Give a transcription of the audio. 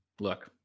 look